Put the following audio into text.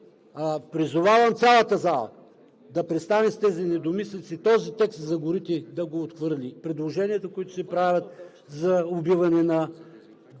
призовавам цялата зала да престане с тези недомислици и този текст за горите да го отхвърли. Предложенията, които се правят, за убиване на